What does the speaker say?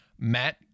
matt